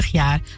jaar